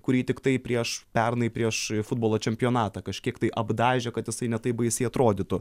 kurį tiktai prieš pernai prieš futbolo čempionatą kažkiek tai apdažė kad jisai ne taip baisiai atrodytų